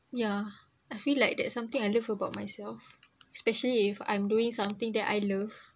ya I feel like that something I love about myself especially if I'm doing something that I love